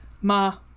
Ma